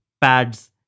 pads